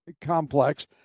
complex